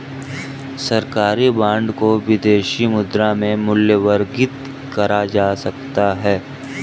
सरकारी बॉन्ड को विदेशी मुद्रा में मूल्यवर्गित करा जा सकता है